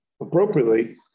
appropriately